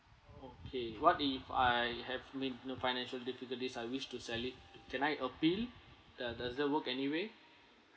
okay what if I have I mean you know financial difficulties I wish to sell it t~ tonight appeal doe~ does that work anyway